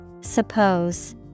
Suppose